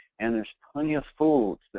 and there's plenty of food.